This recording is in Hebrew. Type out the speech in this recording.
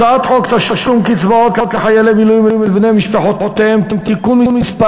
הצעת חוק תשלום קצבאות לחיילי מילואים ולבני משפחותיהם (תיקון מס'